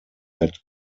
that